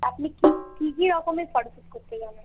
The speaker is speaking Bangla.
আপনি কী কী কী রকমের ফটো স্যুট করতে জানেন